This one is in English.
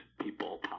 people